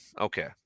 Okay